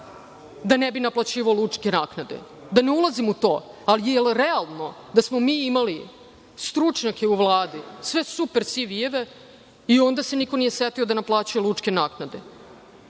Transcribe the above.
da ne bi naplaćivao lučke naknade. Da ne ulazim u to, ali, jel realno da smo mi imali stručnjake u Vladi, sve super CV-eve, i onda se niko nije setio da naplaćuje lučke naknade. Prihod